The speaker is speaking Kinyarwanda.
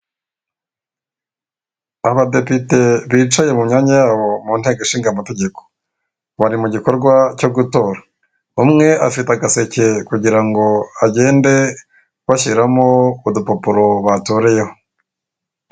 Abadepite bicaye mu myanya yabo mu nteko ishinga amategeko. Bari mu gikorwa cyo gutora. Umwe afite agaseke kugira ngo agende bashyiramo udupapuro batoreyeho.